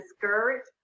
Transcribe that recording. discouraged